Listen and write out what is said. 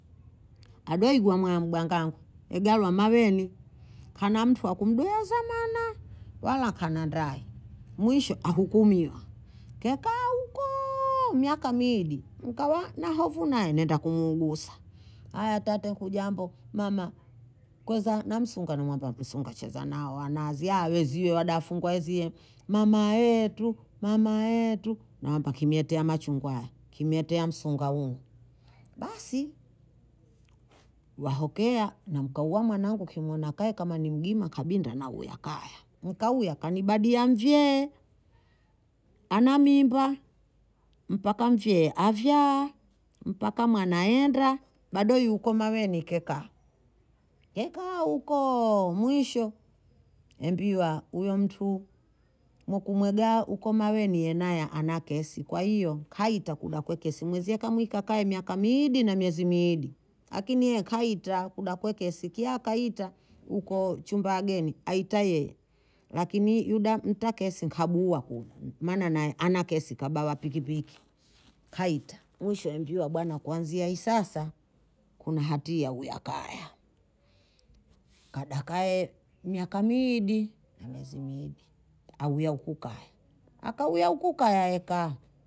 Adoigwa mwa mbwangangu egalwa maveni, kana mtu wa kumdohea zamana wala kana ndayi, mwisho kahukumiwa. keka hukooo miaka miwidi nkawa nahofu naye, nenda kumuuguza, haya tata hujambo, mama koza namsunga, namwamba msunga cheza nao wanazia wezio wada fungwa wezie, mama etu mama etu, nawamba kimyetea machungwa, kimyetea msunga hunu, basi wahokea namkahua mwanangu kimwona kae kama ni mgima kabinda nauya kaya, nkauya kanibadia mvyee, ana mimba, mpaka mvyee avyaa, mpaka mwana aenda bado yuko maweni kekaa, kekaa hukooo mwisho embiwa huyo mtu mokumwega huko maweni naye ana kesi, kwa hiyo kaita kuda kwe kesi mwezie kamwika kaye miaka miidi na miezi miidi akini yeye kaita kuda kwe kesi kiya kaita huko chumba ageni aita yeye akini yuda mwita kesi kabuha kuya maana nayeye ana kesi kabawa pikipiki kaita, mwisho embiwa bana kwanzia hii sasa kuna hatia uya kaya kada ake miaka miidi na miezi miidi auya huku kaya, akauya huku kaya aeka